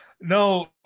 no